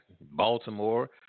Baltimore